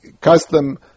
custom